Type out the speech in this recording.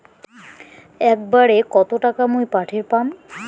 একবারে কত টাকা মুই পাঠের পাম?